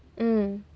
mm